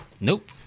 Nope